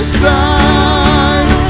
side